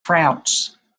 france